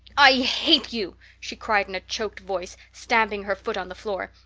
i hate you, she cried in a choked voice, stamping her foot on the floor.